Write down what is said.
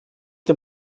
dem